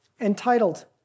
entitled